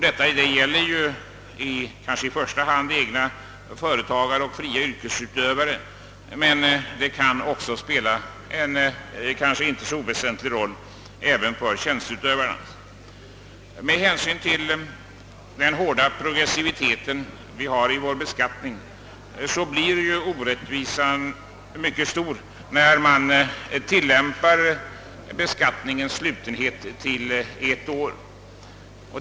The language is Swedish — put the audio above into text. Detta gäller i första hand egna företagare och fria yrkesutövare, men kan också i inte så oväsentlig grad gälla tjänsteutövare. På grund av den hårda progressiviteten i vår beskattning blir orättvisan mycket stor, när man tillämpar beskattningens slutenhet till ett år.